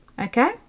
okay